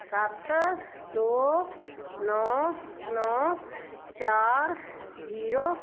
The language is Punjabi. ਸੱਤ ਦੋ ਨੌਂ ਨੌਂ ਚਾਰ ਜੀਰੋ